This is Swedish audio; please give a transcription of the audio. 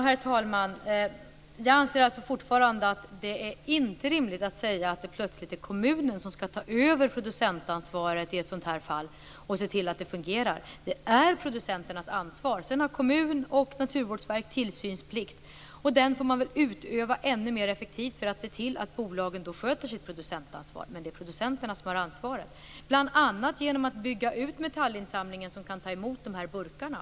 Herr talman! Jag anser fortfarande att det inte är rimligt att säga att det plötsligt är kommunen som skall ta över producentansvaret i ett sådant här fall och se till att det fungerar. Det är producenternas ansvar. Sedan har kommun och Naturvårdsverket tillsynsplikt. Den får man väl utöva ännu mer effektivt för att se till att bolagen sköter sitt producentansvar. Men det är producenterna som har ansvaret. Ett sätt är att bygga ut metallinsamlingen så att den kan ta emot de här burkarna.